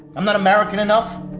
i'm not american enough?